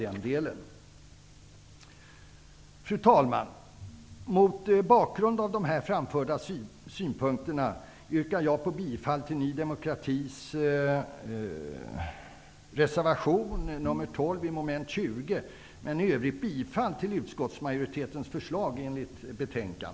Fru talman! Mot bakgrund av här framförda synpunkter yrkar jag bifall till Ny demokratis reservation nr 12 under mom. 20 och i övrigt bifall till utskottets hemställan.